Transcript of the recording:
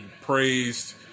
praised